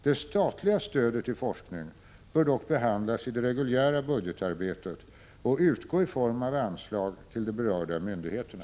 Det statliga stödet till forskning bör dock behandlas i det reguljära budgetarbetet och utgå i form av anslag till de berörda myndigheterna.